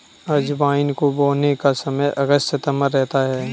अजवाइन को बोने का समय अगस्त सितंबर रहता है